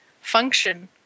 function